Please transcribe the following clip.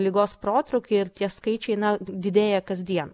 ligos protrūkiu ir tie skaičiai na didėja kasdien